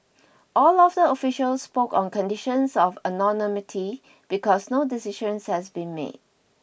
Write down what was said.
all of the officials spoke on conditions of anonymity because no decisions has been made